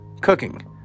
cooking